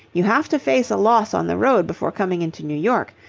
you have to face a loss on the road before coming into new york.